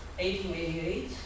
1888